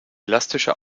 elastische